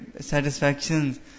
satisfactions